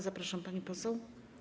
Zapraszam, pani poseł.